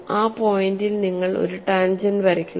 ആ പോയിന്റിൽ നിങ്ങൾ ഒരു ടാൻജെന്റ് വരയ്ക്കുക